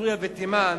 סוריה ותימן